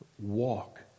Walk